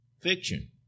fiction